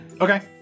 Okay